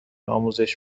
آموزش